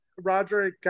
roger